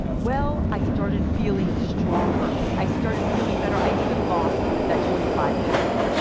well, i started feeling stronger. i started feeling better, i even lost that twenty five pounds.